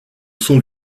son